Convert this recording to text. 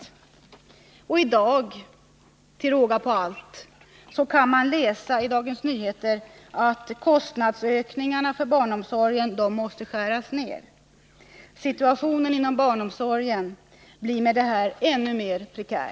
I dag kan man till råga på allt i Dagens Nyheter läsa att ökningarna av kostnaderna för barnomsorgen måste skäras ner. Situationen inom barnomsorgen blir genom detta ännu mer prekär.